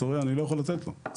אני לא יכול לתת לו את זה,